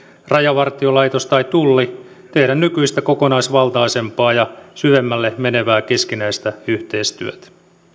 rajavartiolaitos tai tulli tehdä nykyistä kokonaisvaltaisempaa ja syvemmälle menevää keskinäistä yhteistyötä